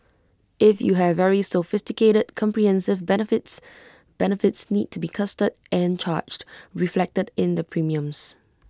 if you have very sophisticated comprehensive benefits benefits need to be costed and charged reflected in the premiums